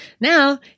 Now